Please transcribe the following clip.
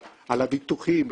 על הביטוחים וכו',